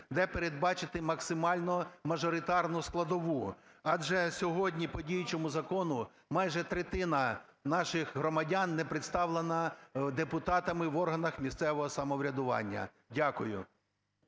де передбачити максимально мажоритарну складову? Адже сьогодні по діючому закону майже третина наших громадян не представлена депутатами в органах місцевого самоврядування. Дякую.